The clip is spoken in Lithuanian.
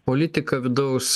politiką vidaus